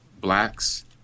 blacks